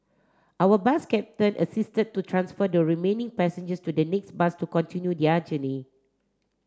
our bus captain assisted to transfer the remaining passengers to the next bus to continue their journey